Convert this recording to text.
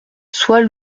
soit